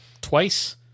twice